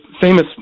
famous